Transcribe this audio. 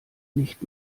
nicht